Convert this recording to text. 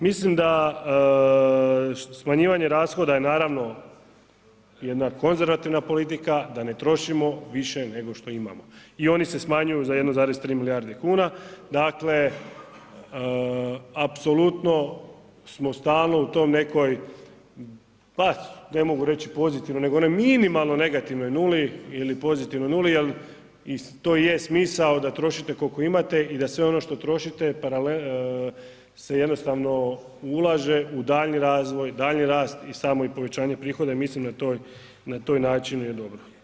Mislim da smanjivanje rashoda je naravno, jedna konzervativna politika, da ne trošimo više nego što imamo i oni se smanjuju za 1,3 milijuna kuna, dakle, apsolutno smo stalnu u toj nekoj, pa, ne mogu reći pozitivnoj nego ona minimalno negativnoj 0 ili pozitivnoj 0 jer i to je smisao da trošite koliko imate i da sve ono što trošite se jednostavno ulaže u daljnji razvoj, daljnji rast i samo povećanje prihoda i mislim da je taj način je dobro.